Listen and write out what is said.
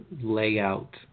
layout